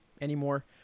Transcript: anymore